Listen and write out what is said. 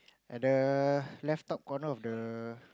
at the left top corner of the